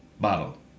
bottle